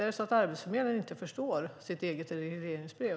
Är det så att Arbetsförmedlingen inte förstår sitt eget regleringsbrev?